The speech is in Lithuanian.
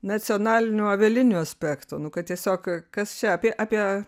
nacionalinių avialinijų aspekto nu kad tiesiog kas čia apie apie